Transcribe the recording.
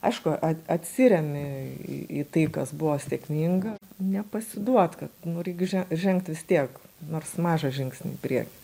aišku at atsiremi į tai kas buvo sėkminga nepasiduot kad nu reik že žengt vis tiek nors mažą žingsnį į priekį